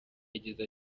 yagize